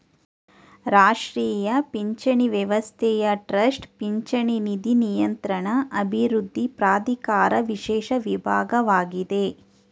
ರಾಷ್ಟ್ರೀಯ ಪಿಂಚಣಿ ವ್ಯವಸ್ಥೆಯ ಟ್ರಸ್ಟ್ ಪಿಂಚಣಿ ನಿಧಿ ನಿಯಂತ್ರಣ ಅಭಿವೃದ್ಧಿ ಪ್ರಾಧಿಕಾರ ವಿಶೇಷ ವಿಭಾಗವಾಗಿದೆ